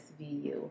svu